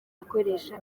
akoresha